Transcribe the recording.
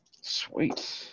Sweet